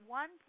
one